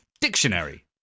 Dictionary